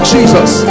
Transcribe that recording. Jesus